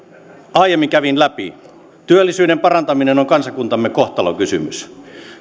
aiemmin kävin läpi työllisyyden parantaminen on kansakuntamme kohtalonkysymys